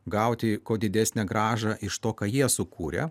gauti kuo didesnę grąžą iš to ką jie sukūrė